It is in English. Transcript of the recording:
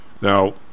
Now